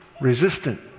resistant